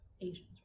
Asians